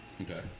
Okay